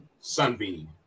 Sunbeam